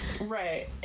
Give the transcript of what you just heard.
Right